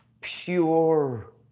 Pure